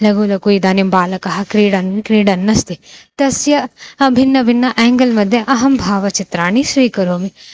लघु लघु इदानीं बालकः क्रीडन् क्रीडन्नस्ति तस्य भिन्नभिन्न आङ्ग्लमध्ये अहं भावचित्राणि स्वीकरोमि